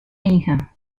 hija